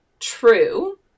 true